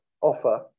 offer